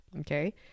okay